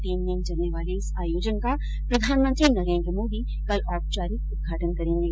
तीन दिन चलने वाले इस आयोजन का प्रधानमंत्री नरेन्द्र मोदी कल औपचारिक उदघाटन करेंगे